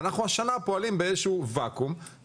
אנחנו השנה פועלים באיזשהו ואקום,